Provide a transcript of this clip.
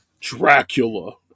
Dracula